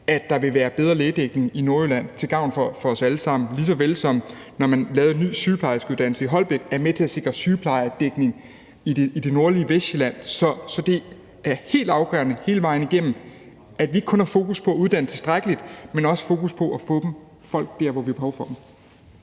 at der vil være bedre lægedækning i Nordjylland til gavn for os alle sammen, lige så vel som det, at man lavede en ny sygeplejerskeuddannelse i Holbæk, er med til at sikre sygeplejedækning i det nordlige Vestsjælland. Så det er helt afgørende hele vejen igennem, at vi ikke kun har fokus på at uddanne tilstrækkeligt med læger, men også på at få folk derhen, hvor vi har behov for dem.